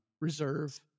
reserve